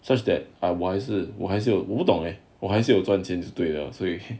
such that I ya 是我还是有我不懂诶我还是有赚钱就对了所以